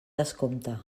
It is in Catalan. descompte